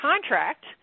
contract